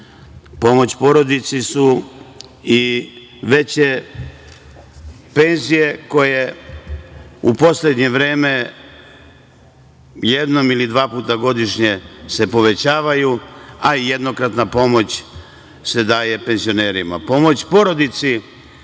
pomoć porodici su i veće penzije koje u poslednje vreme jednom ili dva puta godišnje se povećavaju, a i jednokratna pomoć se daje penzionerima.